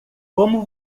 como